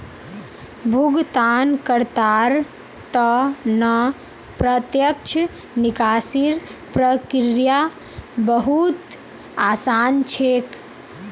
भुगतानकर्तार त न प्रत्यक्ष निकासीर प्रक्रिया बहु त आसान छेक